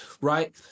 right